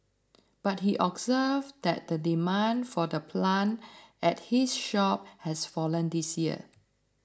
but he observed that the demand for the plant at his shop has fallen this year